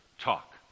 Talk